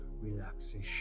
relaxation